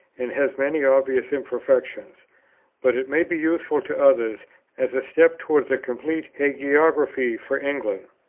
and has many obvious imperfections but it may be useful to others as a step towards a complete hagiography for england.